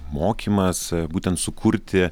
mokymas būtent sukurti